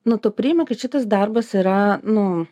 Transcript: nu tu priimi kad šitas darbas yra nu